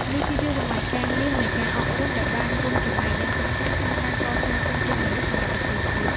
នេះគឺជាសម័យកាលមាសនៃការអប់រំ ដែលបានរួមចំណែកយ៉ាងសំខាន់ក្នុងការកសាងធនធានមនុស្សសម្រាប់ប្រទេសជាតិ។